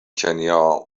کنیا